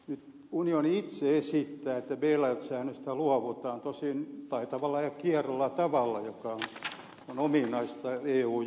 nyt unioni itse esittää että no bail out säännöstä luovutaan tosin taitavalla ja kierolla tavalla joka on ominaista eu juridiikassa